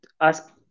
ask